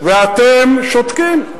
ואתם שותקים.